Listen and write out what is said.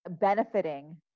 benefiting